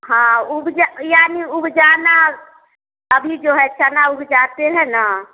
हँ उब्जा यानि उब्जाना अभी जो है चना उब्जाते हैं न